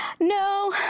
No